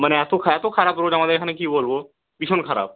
মানে এতো খা এতো খারাপ রোড আমাদের এখানে কী বলবো ভীষণ খারাপ